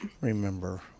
Remember